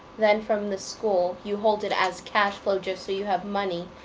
then from the school, you hold it as cash flow just so you have money.